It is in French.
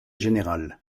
général